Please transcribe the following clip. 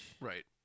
Right